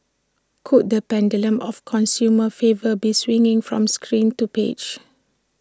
could the pendulum of consumer favour be swinging from screen to page